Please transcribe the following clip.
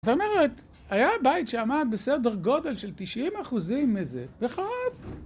זאת אומרת, היה בית שעמד בסדר גודל של 90 אחוזים מזה, וחרב.